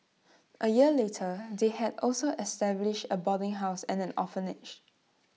A year later they had also established A boarding house and an orphanage